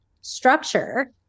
structure